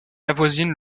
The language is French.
avoisine